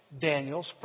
Daniel's